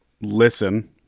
listen